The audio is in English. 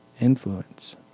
influence